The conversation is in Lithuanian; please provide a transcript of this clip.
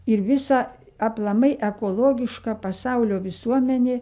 ir visa aplamai ekologiška pasaulio visuomenė